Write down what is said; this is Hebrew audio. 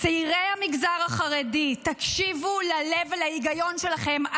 צעירי המגזר החרדי, תקשיבו ללב ולהיגיון שלכם.